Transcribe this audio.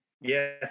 yes